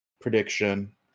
prediction